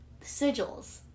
sigils